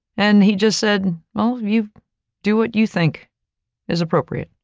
and he just said, well, you do what you think is appropriate.